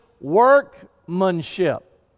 workmanship